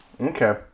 okay